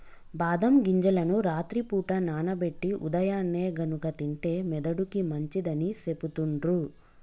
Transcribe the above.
బాదం గింజలను రాత్రి పూట నానబెట్టి ఉదయాన్నే గనుక తింటే మెదడుకి మంచిదని సెపుతుండ్రు